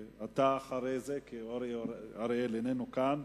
ואתה אחרי זה, כי חבר הכנסת אורי אריאל איננו כאן.